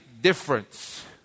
difference